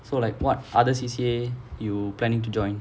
so like what other C_C_A you planning to join